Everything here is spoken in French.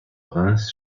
reims